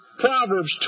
Proverbs